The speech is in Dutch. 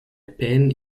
pijn